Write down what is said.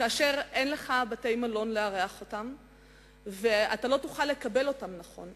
כאשר אין לך בתי-מלון לארח אותם ואתה לא תוכל לקבל אותם נכון.